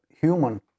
human